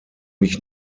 mich